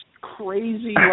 crazy